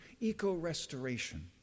eco-restoration